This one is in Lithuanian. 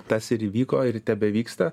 tas ir įvyko ir tebevyksta